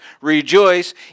rejoice